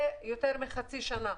זה יותר מחצי שנה.